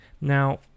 Now